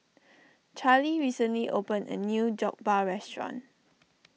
Charly recently opened a new Jokbal Restaurant